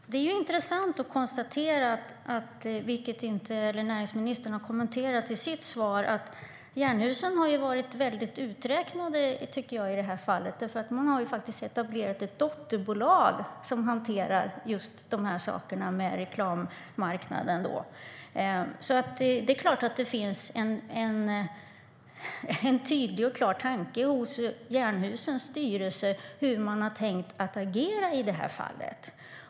Fru talman! Jag tackar för svaret. Det är intressant att konstatera, vilket näringsministern inte kommenterade i sitt svar, att Jernhusen har varit väldigt uträknade i det här fallet. Man har nämligen etablerat ett dotterbolag som hanterar just de här sakerna med reklammarknaden, så det är klart att det finns en tydlig och klar tanke hos Jernhusens styrelse bakom hur man har agerat i det här fallet.